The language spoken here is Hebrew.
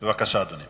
בבקשה, אדוני.